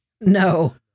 No